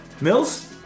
Mills